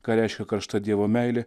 ką reiškia karšta dievo meilė